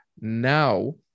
now